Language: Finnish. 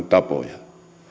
tapoja